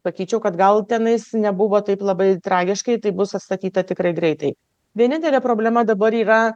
sakyčiau kad gal tenais nebuvo taip labai tragiškai tai bus atstatyta tikrai greitai vienintelė problema dabar yra